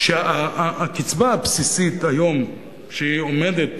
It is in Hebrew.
שהקצבה הבסיסית היום, שהיא עומדת